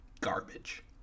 garbage